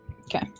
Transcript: Okay